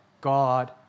God